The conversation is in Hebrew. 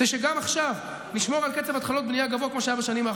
שלך ושלי ביחד,